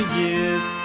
years